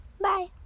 bye